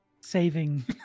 saving